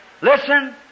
Listen